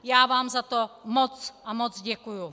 Já vám za to moc a moc děkuji.